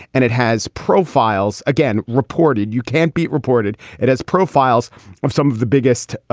and it has profiles again, reported. you can't beat reported. it has profiles of some of the biggest, ah